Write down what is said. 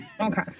Okay